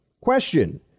Question